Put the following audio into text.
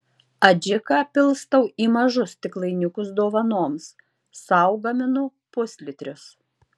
adžiką pilstau į mažus stiklainiukus dovanoms sau gaminu puslitrius